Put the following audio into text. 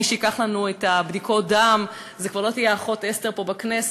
מי שייקח לנו את בדיקות הדם זה כבר לא תהיה האחות אסתר בכנסת.